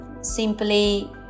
simply